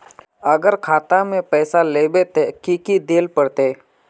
अगर खाता में पैसा लेबे ते की की देल पड़ते?